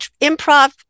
improv